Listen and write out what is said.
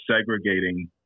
segregating